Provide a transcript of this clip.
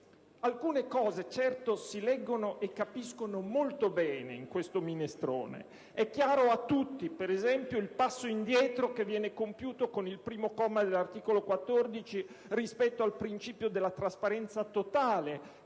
Alcune cose, certo, si leggono e capiscono molto bene in questo minestrone. È chiaro a tutti, per esempio, il passo indietro che viene compiuto con il comma 1 dell'articolo 14 rispetto al principio della trasparenza totale